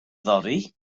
fory